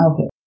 Okay